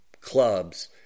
clubs